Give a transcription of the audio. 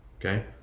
Okay